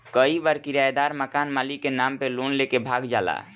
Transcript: कई बार किरायदार मकान मालिक के नाम पे लोन लेके भाग जाला